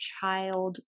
child